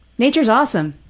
nature's awesome.